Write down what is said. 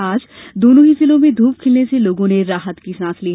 आज दोनों ही जिलों में धूप खिलने से लोगों ने राहत की सांस ली